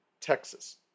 Texas